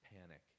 panic